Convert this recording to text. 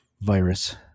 virus